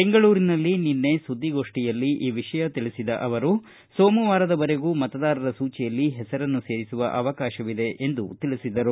ಬೆಂಗಳೂರಿನಲ್ಲಿ ನಿನ್ನೆ ಸುದ್ದಿಗೋಷ್ಠಿಯಲ್ಲಿ ಈ ವಿಷಯ ತಿಳಿಸಿದ ಅವರು ಸೋಮವಾರದವರೆಗೂ ಮತದಾರರ ಸೂಚಿಯಲ್ಲಿ ಹೆಸರನ್ನು ಸೇರಿಸುವ ಅವಕಾಶವಿದೆ ಎಂದು ತಿಳಿಸಿದರು